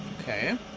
okay